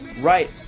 right